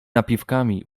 napiwkami